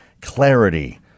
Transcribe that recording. clarity